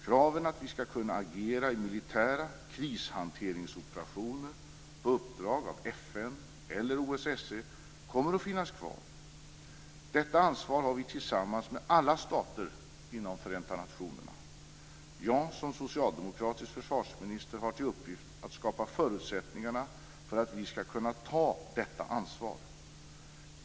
Kraven att vi skall kunna agera i militära krishanteringsoperationer på uppdrag av FN eller OSSE kommer att finnas kvar. Detta ansvar har vi tillsammans med alla stater inom Förenta nationerna. Jag som socialdemokratisk försvarsminister har till uppgift att skapa förutsättningarna för att vi skall kunna ta detta ansvar.